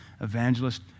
evangelist